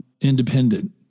independent